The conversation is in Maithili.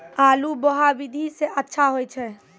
आलु बोहा विधि सै अच्छा होय छै?